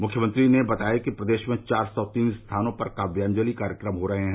मुख्यमंत्री ने बताया कि प्रदेश में चार सौ तीन स्थानों पर काव्याजलि कार्यक्रम हो रहे हैं